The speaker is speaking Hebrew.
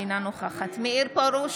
אינה נוכחת מאיר פרוש,